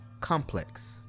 complex